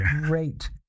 great